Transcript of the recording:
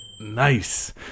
nice